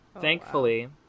thankfully